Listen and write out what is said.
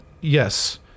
yes